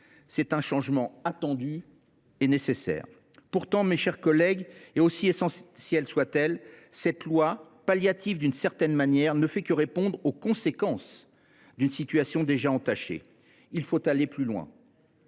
là d’un changement attendu et nécessaire. Pourtant, mes chers collègues, aussi essentielle soit elle, cette loi, d’une certaine manière palliative, ne fait que répondre aux conséquences d’une situation déjà entachée. Il faut aller plus loin.